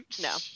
No